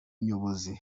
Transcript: nyobozi